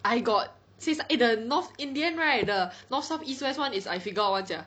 I got say eh the north in the end right the north south east west [one] is I figure out [one] sia